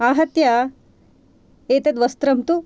आहत्य एतद् वस्त्रं तु